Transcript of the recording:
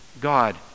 God